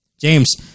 James